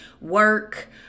work